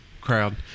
crowd